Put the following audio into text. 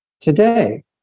today